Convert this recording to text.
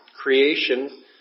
creation